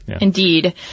Indeed